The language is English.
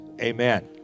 Amen